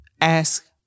ask